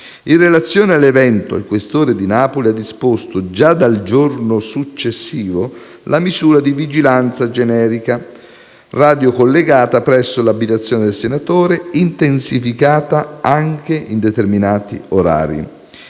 In relazione all'evento, il questore di Napoli ha disposto già dal giorno successivo la misura di vigilanza generica radiocollegata presso l'abitazione del senatore, intensificata anche in determinati orari.